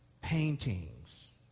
paintings